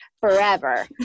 forever